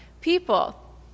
people